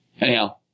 Anyhow